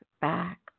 back